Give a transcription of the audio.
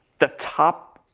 the top,